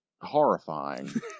horrifying